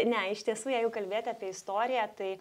ne iš tiesų jeigu kalbėti apie istoriją tai